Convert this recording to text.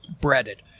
breaded